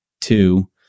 two